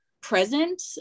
present